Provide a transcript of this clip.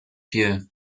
feel